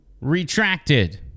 retracted